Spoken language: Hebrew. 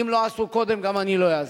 אם לא עשו קודם, גם אני לא אעשה.